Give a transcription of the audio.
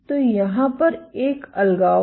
तो यहाँ पर एक अलगाव है